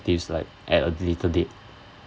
like at a later date